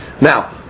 Now